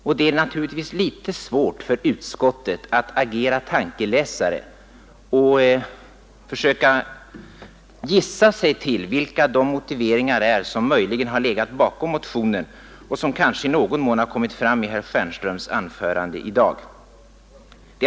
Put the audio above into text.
Och det är naturligtvis litet svårt för utskottet att agera tankeläsare och försöka gissa sig till vilka motiveringar som möjligen legat bakom motionen och som kanske i någon mån kommit fram i herr Stjernströms anförande i dag.